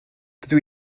dydw